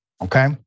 Okay